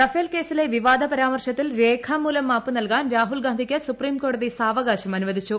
Rafale കേസിലെ വിവാദ പരാമർശത്തിൽ രേഖാമൂലം മാപ്പ് നൽകാൻ രാഹുൽ ഗാന്ധിക്ക് സുപ്രീംകോടതി സാവകാശം അനുവദിച്ചു